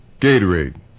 Gatorade